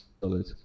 solid